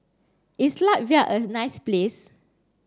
is Latvia a nice place